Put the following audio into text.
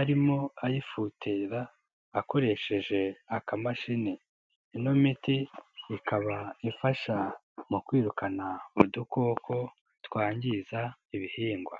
arimo ayifutera akoresheje akamashini. Ino miti ikaba ifasha mu kwirukana udukoko twangiza ibihingwa.